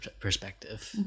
perspective